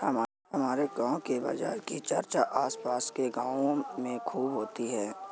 हमारे गांव के बाजार की चर्चा आस पास के गावों में खूब होती हैं